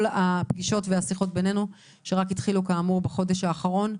הפגישות והשיחות בינינו שרק התחילו בחודש האחרון,